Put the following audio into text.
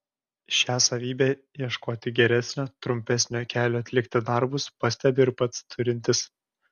šią savybę ieškoti geresnio trumpesnio kelio atlikti darbus pastebiu ir pats turintis